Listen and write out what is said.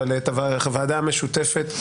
אבל את הוועדה המשותפת,